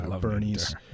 Bernie's